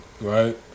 right